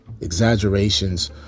exaggerations